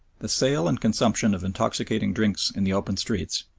the sale and consumption of intoxicating drinks in the open streets,